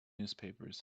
newspapers